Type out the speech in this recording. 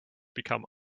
become